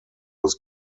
was